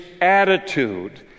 attitude